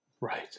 Right